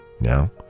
Now